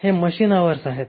हे machine hours आहेत